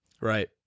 Right